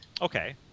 Okay